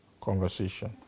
conversation